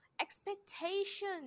expectation